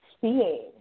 seeing